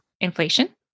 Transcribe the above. inflation